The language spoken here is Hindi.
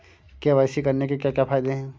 के.वाई.सी करने के क्या क्या फायदे हैं?